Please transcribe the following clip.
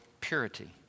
purity